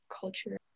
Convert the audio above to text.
culture